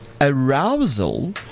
Arousal